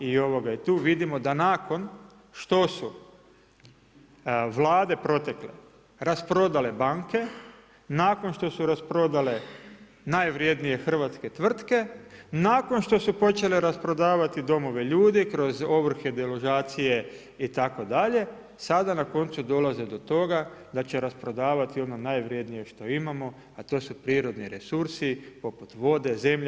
I tu vidimo da nakon što su vlade protekle rasprodale banke, nakon što su rasprodale najvrijednije hrvatske tvrtke, nakon što su počele rasprodavati domove ljudi kroz ovrhe, deložacije itd. sada na koncu dolaze do toga da će rasprodavati ono najvrijednije što imamo, a to su prirodni resursi poput vode, zemlje.